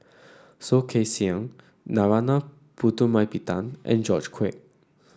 Soh Kay Siang Narana Putumaippittan and George Quek